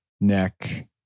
neck